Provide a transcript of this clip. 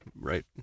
right